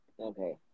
Okay